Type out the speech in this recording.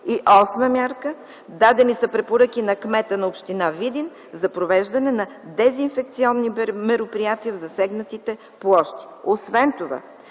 Осма мярка. Дадени са препоръки на кмета на община Видин за провеждане на дезинфекционни мероприятия в засегнатите площи. Освен това